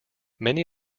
many